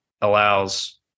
allows